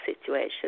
situation